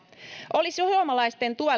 olisi suomalaisten